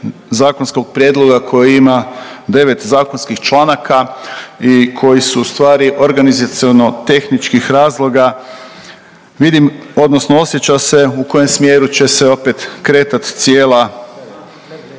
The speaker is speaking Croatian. zakonskog prijedloga koji ima 9 zakonskih članaka i koji su u stvari organizaciono tehničkih razloga, vidim odnosno osjeća se u kojem smjeru će se opet kretat cijela